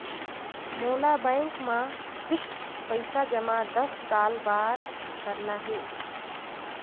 मोला बैंक मा फिक्स्ड पइसा जमा दस साल बार करना हे?